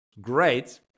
great